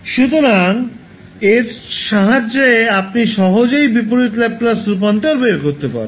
সুতরাং এর সাহায্যে আপনি সহজেই বিপরীত ল্যাপ্লাস রূপান্তর বের করতে পারেন